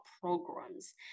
programs